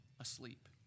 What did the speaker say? asleep